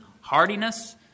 hardiness